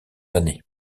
années